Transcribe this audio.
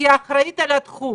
כאחראית על התחום,